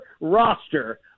roster –